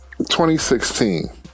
2016